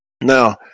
Now